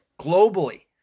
globally